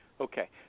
Okay